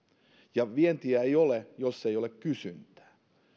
ja vientiä ei ole jos ei ole kysyntää